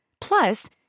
Plus